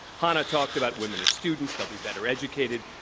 hanna talked about women as students. they'll be better educated.